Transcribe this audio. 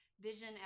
vision